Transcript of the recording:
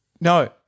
No